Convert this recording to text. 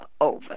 over